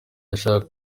yashakaga